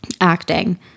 acting